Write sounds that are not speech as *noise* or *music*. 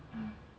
*noise*